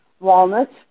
Walnuts